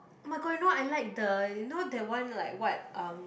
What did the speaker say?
oh-my-god you know I like the you know that one like what um